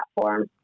platform